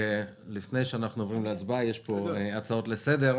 לפני שאנחנו עוברים להצבעה, יש פה הצעות לסדר.